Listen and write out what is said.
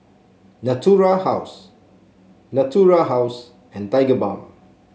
Natura House Natura House and Tigerbalm